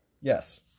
Yes